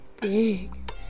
big